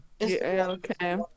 okay